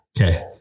Okay